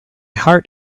heart